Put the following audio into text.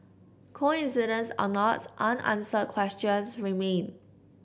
coincidence on not unanswered questions remain